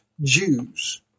Jews